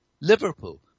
Liverpool